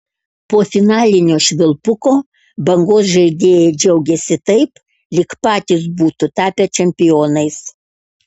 po finalinio švilpuko bangos žaidėjai džiaugėsi taip lyg patys būtų tapę čempionais